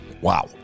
Wow